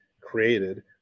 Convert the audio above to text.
created